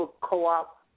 co-op